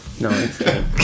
No